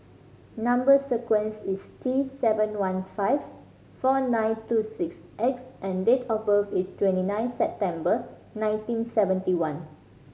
number sequence is T seven one five four nine two six X and date of birth is twenty nine September nineteen seventy one